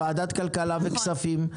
ועדת הכלכלה וכספים,